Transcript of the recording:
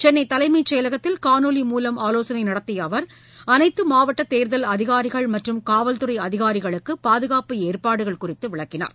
சென்னை தலைமைச் செயலகத்தில் காணொலி மூலம் ஆலோசளை நடத்திய அவர் அனைத்து மாவட்ட தேர்தல் அதிகாரிகள் மற்றும் காவல்துறை அதிகாரிகளுக்கு பாதுகாப்பு ஏற்பாடுகள் குறித்து விளக்கினார்